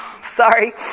Sorry